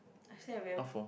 I still have them